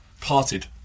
parted